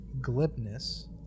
glibness